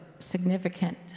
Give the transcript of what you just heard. significant